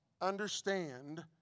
understand